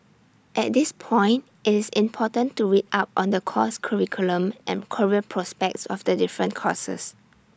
at this point IT is important to read up on the course curriculum and career prospects of the different courses